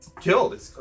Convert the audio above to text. killed